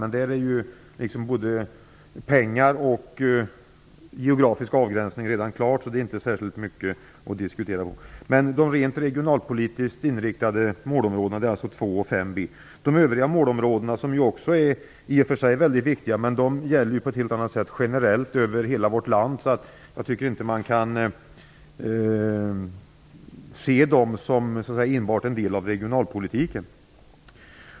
Men där är både pengarna och den geografiska avgränsningen redan klara, så därvidlag finns det inte särskilt mycket att diskutera. De rent regionalpolitiskt inriktade målområdena är alltså 2 och 5b. Också de övriga målområdena är i och för sig viktiga, men de är mera generellt inriktade, på hela vårt land, och jag tycker inte att man kan se dem som enbart en del av regionalpolitiken.